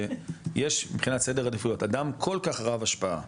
שיש מבחינת סדר עדיפויות אדם כל כך רב השפעה,